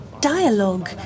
dialogue